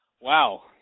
Wow